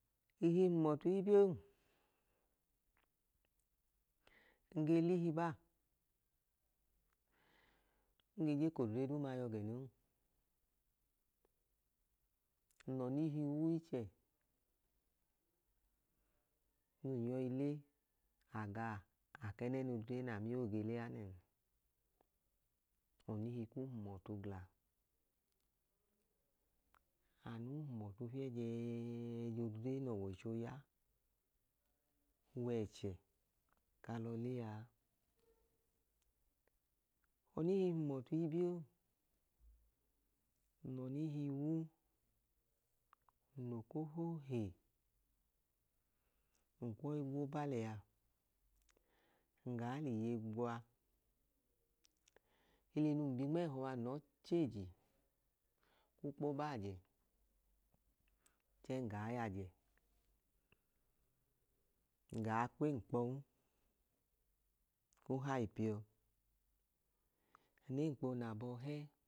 Ihi hum ọtu ibion, nge l’ihi baa, nge je k’odre duma yọ gẹnon. Nl’ọnihi wu ichẹ, nyọi le aga akẹnẹn’odre naa moo yọi lea nẹ ọnihi ku hum ọtu gla. Anu hum ọtu fi’ẹjeeeeeejodle n’ọwọicho ya wẹẹchẹ k’alo le aa. ọnihi hum ọto ibion, nl’okoho he, nkwọi gwoba liya, ngaa liye gwa, ili nun bi nmẹhọa nlọọ cheegi ku kpo baajẹ chẹẹ nga yajẹ, ngaa kwẹnkpọwu, nl’ẹnkpo nabọ he